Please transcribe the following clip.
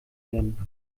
werden